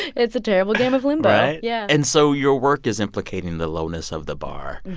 it's a terrible game of limbo right yeah and so your work is implicating the lowness of the bar.